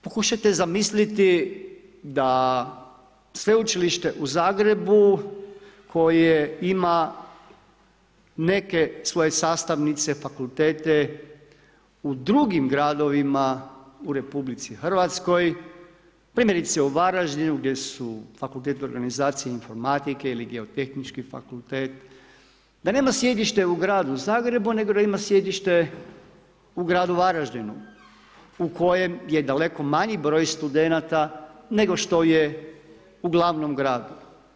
Pokušajte zamisliti, da Sveučilište u Zagrebu, koje ima neke svoje sastavnice, fakultete, u drugim gradovima u RH, primjerice u Varaždinu gdje su FOI, ili Geotehnički fakultet da nema sjedište u Gradu Zagrebu, nego da ima sjedište u gradu Varaždinu, u kojem je daleko manji broj studenata nego što je u glavnom gradu.